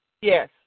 Yes